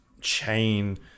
chain